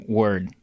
word